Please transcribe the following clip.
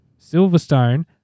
Silverstone